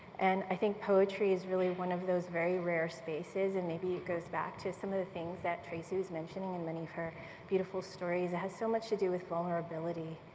and i think poetry is really one of those very rare spaces, and maybe it goes back to some of the things that tracy was mentioning in many of her beautiful stories, it has so much to do with vulnerability.